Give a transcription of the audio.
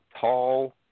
tall